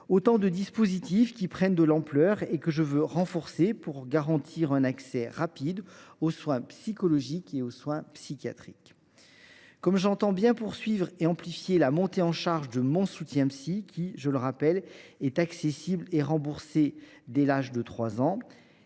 autant de dispositifs qui prennent de l’ampleur et que je veux renforcer pour garantir un accès rapide aux soins psychologiques et psychiatriques. J’entends aussi poursuivre et amplifier la montée en charge de Mon soutien psy, qui, je le rappelle, est accessible et remboursé dès l’âge de 3 ans.